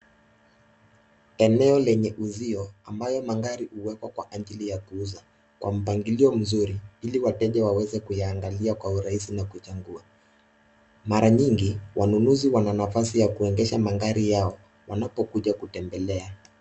Eneo lenye uzio ambayo magari huwekwa kwa ajili ya kuuza kwa mpangilio mzuri ili wateja waweze kuiangalia kwa urahisi na kuichambua. Mara nyingi wanunuzi wana nafasi ya kuendesha magari yao wanapokuja kutembelea.